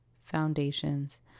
foundations